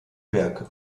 werke